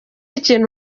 ibintu